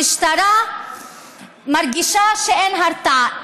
המשטרה מרגישה שאין הרתעה,